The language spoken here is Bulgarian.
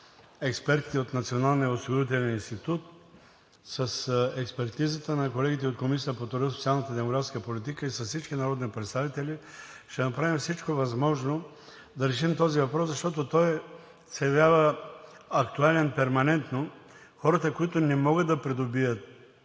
експертите от Националния осигурителен институт, с експертизата на колегите от Комисията по труда, социалната и демографска политика и с всички народни представители ще направим всичко възможно да решим този въпрос, защото той се явява актуален перманентно. Хората, които не могат да придобият